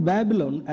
Babylon